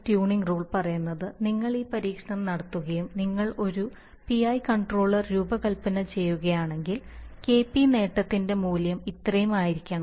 tuning rule പറയുന്നത് നിങ്ങൾ ഈ പരീക്ഷണം നടത്തുകയും നിങ്ങൾ ഒരു പിഐ കൺട്രോളർ രൂപകൽപ്പന ചെയ്യുകയാണെങ്കിൽ Kp നേട്ടത്തിന്റെ മൂല്യം ഇത്രയും ആയിരിക്കണം